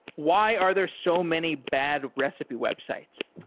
why are there so many bad recipe websites?